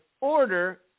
order